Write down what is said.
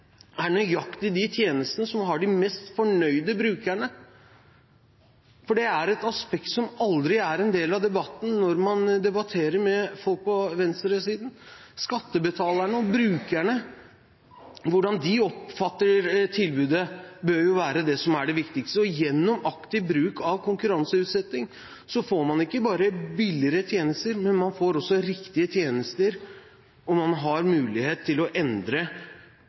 er nøyaktig de tjenestene som har de mest fornøyde brukerne. Det er et aspekt som aldri er en del av debatten når man debatterer med folk på venstresiden. Skattebetalerne og brukerne og hvordan de oppfatter tilbudet, bør jo være det viktigste. Gjennom aktiv bruk av konkurranseutsetting får man ikke bare billigere tjenester, man får også riktige tjenester, og man har mulighet til å endre